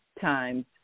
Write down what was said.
times